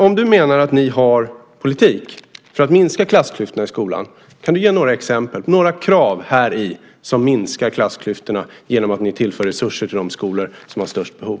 Om du menar att ni har en politik för att minska klassklyftorna i skolan undrar jag: Kan du ge några exempel, några krav, på sådant som minskar klassklyftorna genom att ni tillför resurser till de skolor som har störst behov?